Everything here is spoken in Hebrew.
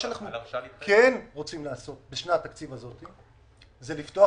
שאנחנו כן רוצים לעשות בשנת התקציב הזאת זה לפתוח